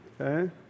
okay